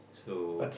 so